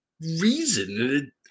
reason